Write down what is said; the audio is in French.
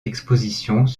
expositions